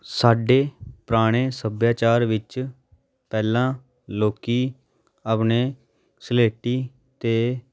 ਸਾਡੇ ਪੁਰਾਣੇ ਸੱਭਿਆਚਾਰ ਵਿੱਚ ਪਹਿਲਾਂ ਲੋਕ ਆਪਣੀ ਸਲੇਟੀ 'ਤੇ